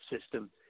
system